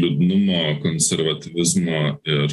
liūdnumo konservatyvizmo ir